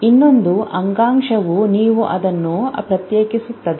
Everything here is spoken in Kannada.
ಇನ್ನೊಂದು ಅಂಗಾಂಶವು ನೀವು ಅದನ್ನು ಪ್ರತ್ಯೇಕಿಸುತ್ತದೆ